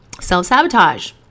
Self-sabotage